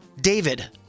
David